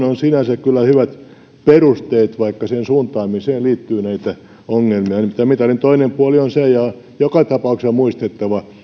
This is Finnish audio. on sinänsä kyllä hyvät perusteet vaikka sen suuntaamiseen liittyy näitä ongelmia nimittäin mitalin toinen puoli on se ja se on joka tapauksessa muistettava